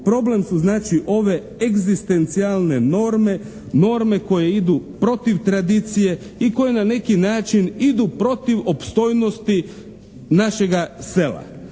Problem su znači ove egzistencijalne norme, norme koje idu protiv tradicije i koje na neki način idu protiv opstojnosti našega sela.